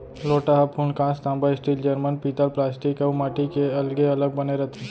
लोटा ह फूलकांस, तांबा, स्टील, जरमन, पीतल प्लास्टिक अउ माटी के अलगे अलग बने रथे